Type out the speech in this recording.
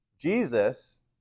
Jesus